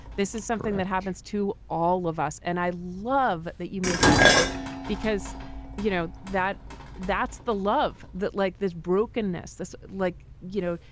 this is something that happens to all of us. and i love that you make that point because you know that that's the love that like this brokenness. that's like, you know,